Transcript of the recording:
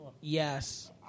Yes